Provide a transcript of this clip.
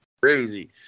Crazy